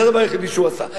זה הדבר היחידי שהוא עשה.